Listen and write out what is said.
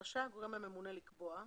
רשאי הגורם הממונה לקבוע,